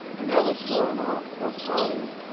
and that was going on for prolly.